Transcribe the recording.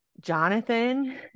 Jonathan